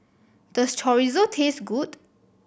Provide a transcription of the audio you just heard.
does Chorizo taste good